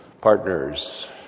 partners